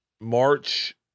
March